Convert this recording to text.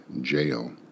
Jail